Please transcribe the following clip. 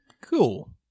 Cool